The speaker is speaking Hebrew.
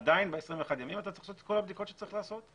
עדיין ב-21 ימים אתה תעשה את כל הבדיקות שצריך לעשות.